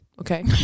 Okay